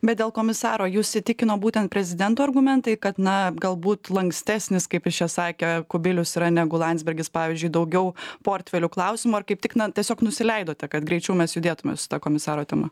bet dėl komisaro jus įtikino būtent prezidento argumentai kad na galbūt lankstesnis kaip jis čia sakė kubilius yra negu landsbergis pavyzdžiui daugiau portfelių klausimu ar kaip tik na tiesiog nusileidote kad greičiau mes judėtume komisaro tema